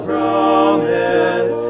Promise